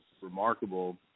remarkable